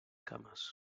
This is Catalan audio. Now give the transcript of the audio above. cames